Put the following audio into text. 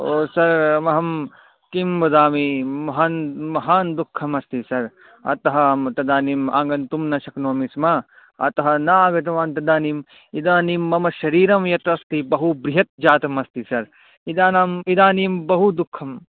ओ sir अहं किं वदामि महान् महान् दुःखमस्ति सर् अतः अहं तदानीम् आगन्तुं न शक्नोमि स्म अतः न आगतवान् तदानीम् इदानीं मम शरीरं यत् अस्ति बहु बृहत् जातम् अस्ति सर् इदानीम् इदानीं बहु दुःखम्